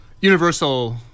universal